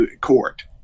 court